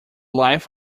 life